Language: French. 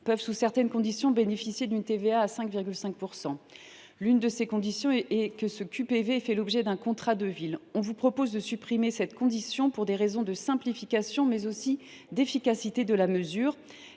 peuvent, sous certaines conditions, bénéficier d’une TVA à 5,5 %. L’une de ces conditions est que le QPV fasse l’objet d’un contrat de ville. Nous vous proposons de supprimer cette condition, pour des raisons de simplification, mais aussi d’efficacité de la mesure.